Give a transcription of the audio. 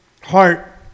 heart